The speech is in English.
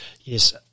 Yes